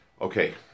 Okay